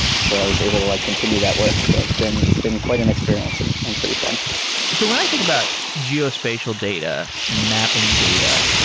so i was able to like continue that work. so it's been it's been quite an experience and and pretty fun so when i think about geospatial data and mapping data,